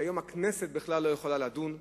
שהיום הכנסת בכלל לא יכולה לדון בהם.